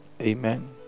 Amen